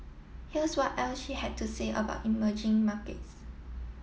here's what else she had to say about emerging markets